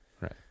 Right